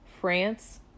France